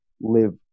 live